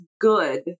good